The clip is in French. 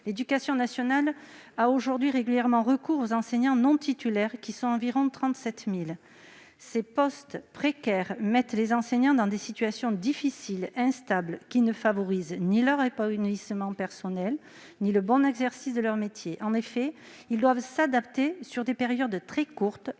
L'éducation nationale a aujourd'hui régulièrement recours aux enseignants non titulaires, qui sont environ 37 000. Ces postes précaires mettent les enseignants dans des situations difficiles, instables, qui ne favorisent ni leur épanouissement personnel ni le bon exercice de leur métier. En effet, ils doivent s'adapter, sur des périodes très courtes,